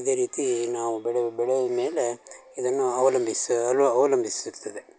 ಇದೇ ರೀತಿ ನಾವು ಬೆಳೆ ಬೆಳೆಯ ಮೇಲೆ ಇದನ್ನು ಅವಲಂಬಿಸಲು ಅವಲಂಬಿಸಿರ್ತದೆ